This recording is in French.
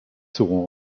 seront